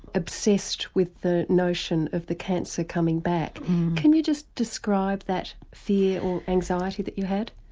obsessed with the notion of the cancer coming back can you just describe that fear or anxiety that you had?